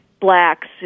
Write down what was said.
blacks